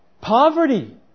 Poverty